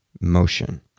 motion